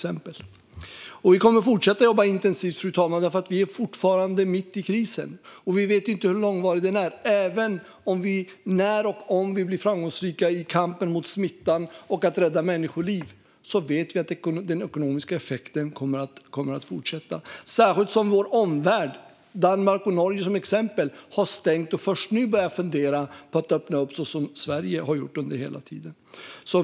Vi kommer att fortsätta jobba intensivt, fru talman, eftersom vi fortfarande är mitt i krisen och inte vet hur långvarig den är. Även när och om vi blir framgångsrika i kampen mot smittan och att rädda människoliv vet vi att den ekonomiska effekten kommer att fortsätta. Detta särskilt som vår omvärld, till exempel Danmark och Norge, har stängt och först nu börjar fundera på att öppna upp så som Sverige haft det hela tiden.